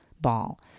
ball